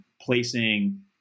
placing